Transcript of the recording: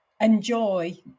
enjoy